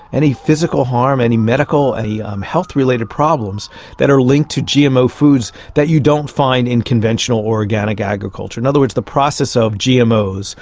any physical harm, any medical, any um health related problems that are linked to gmo foods that you don't find in conventional, organic agriculture. in other words, the process of gmos,